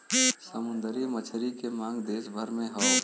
समुंदरी मछली के मांग देस भर में बहुत हौ